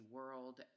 World